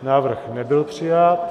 Návrh nebyl přijat.